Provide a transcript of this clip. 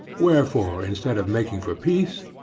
wherefore instead of making for peace,